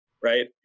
right